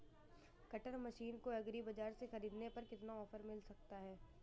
Cutter machine को agri बाजार से ख़रीदने पर कितना ऑफर मिल सकता है?